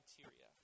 criteria